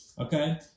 Okay